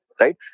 right